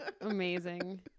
amazing